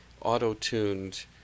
auto-tuned